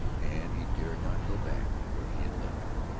and he dared not go back where he had left her,